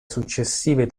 successive